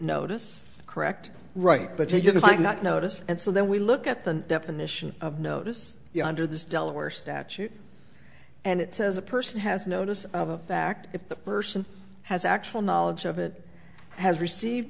notice correct right but he didn't like not notice and so then we look at the definition of notice you know under this delaware statute and it says a person has notice of a fact if the person has actual knowledge of it has received